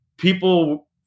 people